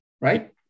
Right